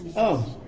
oh,